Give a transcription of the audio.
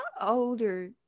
older